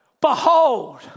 Behold